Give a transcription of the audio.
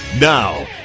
Now